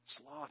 Sloth